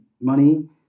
money